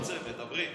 קח כמה זמן שאתה רוצה.